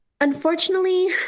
unfortunately